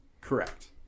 correct